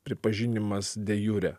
pripažinimas de jure